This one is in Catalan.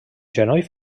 genoll